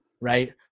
right